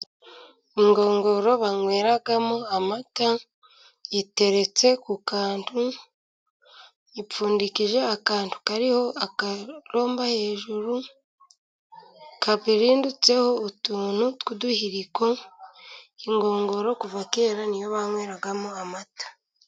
Inkongoro banyweramo amata, iteretse ku kantu, ipfundikije akantu kariho akaromba hejuru, kabirindutseho utuntu tw'uduhiriko. Inkongoro kuva kera ni yo banyweragamo amata.